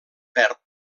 perd